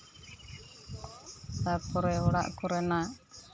ᱛᱟᱨᱯᱚᱨᱮ ᱚᱲᱟᱜ ᱠᱚᱨᱮᱱᱟᱜ